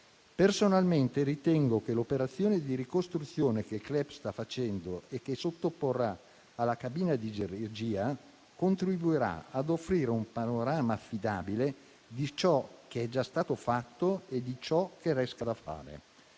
Personalmente ritengo che l'operazione di ricostruzione che il CLEP sta facendo e che sottoporrà alla cabina di regia contribuirà a offrire un panorama affidabile di ciò che è già stato fatto e di ciò che resta da fare,